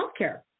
healthcare